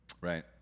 Right